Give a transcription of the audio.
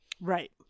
Right